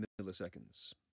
milliseconds